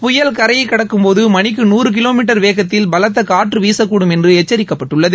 புயல் கரையை கடக்கும்போது மணிக்கு நூறு கிலோ மீட்டர் வேகத்தில் பலத்த காற்று வீசக்கக்கூடும் என்று எச்சரிக்கப்பட்டுள்ளது